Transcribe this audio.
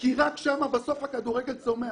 כי רק שם הכדורגל צומח.